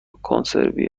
کنسروی